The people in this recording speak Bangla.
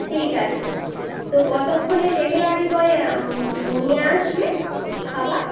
ঠিক আছে তো কতক্ষণে ডেলিভারি বয় নিয়ে আসবে খাবার